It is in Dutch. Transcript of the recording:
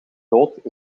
dood